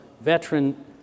veteran